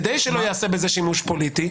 כדי שלא ייעשה בזה שימוש פוליטי.